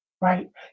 right